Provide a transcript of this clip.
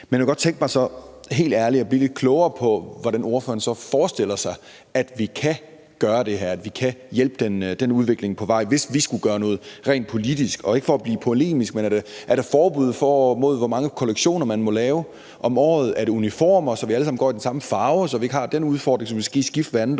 helt ærligt godt tænke mig at blive lidt klogere på, hvordan ordføreren så forestiller sig at vi kan gøre det her, at vi kan hjælpe den udvikling på vej, hvis vi skulle gøre noget rent politisk. Og det er ikke for at blive polemisk, men er der forbud mod, hvor mange kollektioner man må lave om året? Skal vi have uniformer, så vi alle sammen går i den samme farve, så vi ikke har den udfordring, at vi skal skifte hvert andet